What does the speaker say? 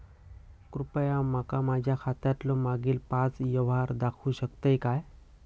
कृपया माका माझ्या खात्यातलो मागील पाच यव्हहार दाखवु शकतय काय?